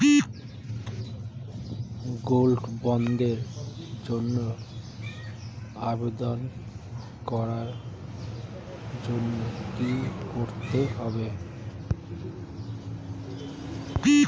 Gold বন্ডের জন্য আবেদন করার জন্য কি করতে হবে?